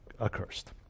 accursed